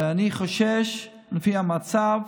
ואני חושש, לפי המצב,